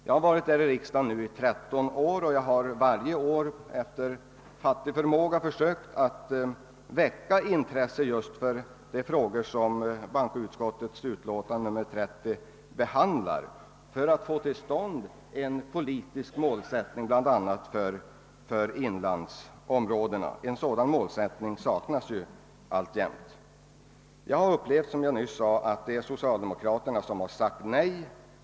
Jag har varit här i riksdagen i 13 år och har varje år — efter fattig förmåga — försökt att väcka intresse just för de frågor som bankutskottets utlåtande nr 30 behandlar. Bland annat har jag velat få till stånd en politisk målsättning för inlandsområdena. En sådan målsättning saknas alltjämt. Jag har, som jag nyss sade, upplevt att det varit socialdemokraterna som sagt nej.